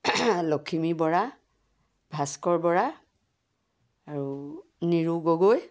লখিমী বৰা ভাস্কৰ বৰা আৰু নিৰু গগৈ